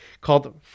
called